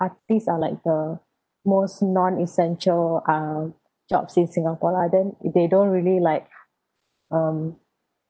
artists are like the most non essential uh jobs in singapore lah then they don't really like um